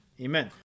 Amen